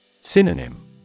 Synonym